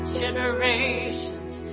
generations